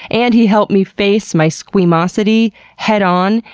and he helped me face my sqeamosity head on.